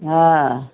हॅं